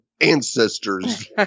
ancestors